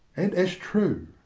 and as true.